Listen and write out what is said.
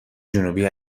جنوبی